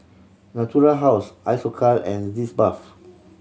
Natural House Isocal and Sitz Bath